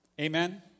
Amen